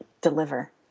deliver